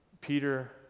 Peter